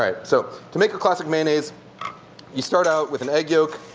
um so to make a classic mayonnaise you start out with an egg yolk,